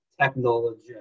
technology